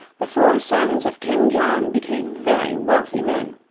the four sons of king john became very wealthy men.